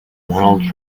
donald